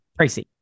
pricey